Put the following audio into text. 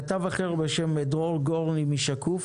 כתב אחר בשם דרור גורני מ"שקוף"